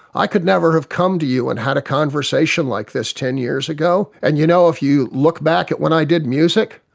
i could never have come to you and had a conversation like this ten years ago. and you know, if you look back at when i did music,